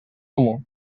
comú